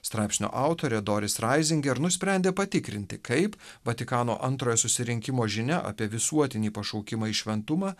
straipsnio autorė doris raizinger nusprendė patikrinti kaip vatikano antrojo susirinkimo žinia apie visuotinį pašaukimą į šventumą